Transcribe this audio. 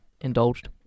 indulged